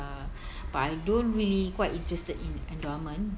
uh but I don't really quite interested in endowment